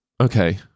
okay